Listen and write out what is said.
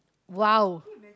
!wow!